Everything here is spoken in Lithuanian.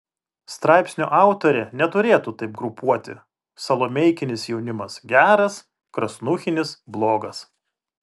straipsnio autorė neturėtų taip grupuoti salomeikinis jaunimas geras krasnuchinis blogas